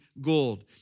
gold